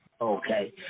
Okay